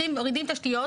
מורידים תשתיות,